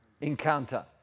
encounter